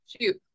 shoot